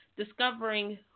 Discovering